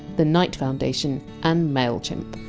the knight foundation, and mailchimp.